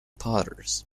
potters